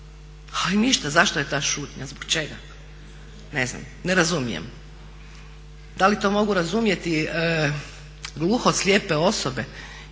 ali ništa. Zašto je ta šutnja, zbog čega? Ne znam, ne razumijem. Da li to mogu razumjeti gluhoslijepe osobe